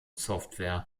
software